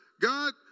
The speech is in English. God